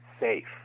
safe